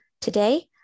Today